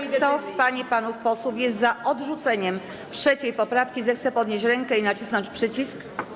Kto z pań i panów posłów jest za odrzuceniem 3. poprawki, zechce podnieść rękę i nacisnąć przycisk.